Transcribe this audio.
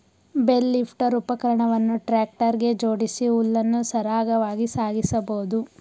bale lifter ಉಪಕರಣವನ್ನು tractor ಗೆ ಜೋಡಿಸಿ ಹುಲ್ಲನ್ನು ಸರಾಗವಾಗಿ ಸಾಗಿಸಬೋದು